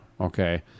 okay